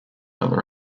other